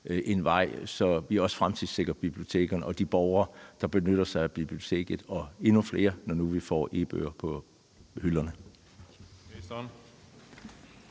en vej, så vi også fremtidssikrer bibliotekerne og de borgere, der benytter sig af bibliotekerne, og endnu flere, når nu vi får e-bøger på hylderne.